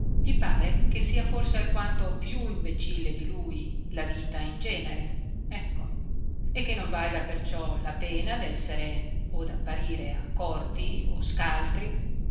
gli pare che sia forse alquanto più imbecille di lui la vita in genere ecco e che non valga perciò la pena dessere o d apparire accorti o scaltri